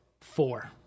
Four